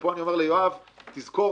ופה אני אומר לחבר הכנסת קיש תזכור,